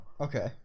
Okay